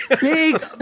Big